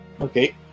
Okay